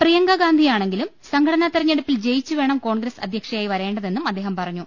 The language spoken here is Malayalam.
പ്രിയങ്ക ഗാന്ധിയാണെങ്കിലും സംഘടനാ തെരഞ്ഞെടുപ്പിൽ ജയിച്ചുവേണം കോൺഗ്രസ് അധ്യക്ഷയായി വരേണ്ടതെന്നും അദ്ദേഹം പറ ഞ്ഞു